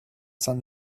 sun